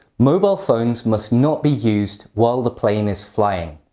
mobile phones must not be used while the plane is flying.